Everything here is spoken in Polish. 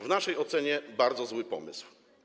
W naszej ocenie to bardzo zły pomysł.